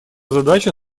задача